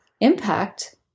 impact